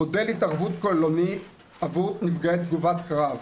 מודל התערבות כוללני עבור נפגעי תגובת קרב: